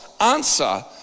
answer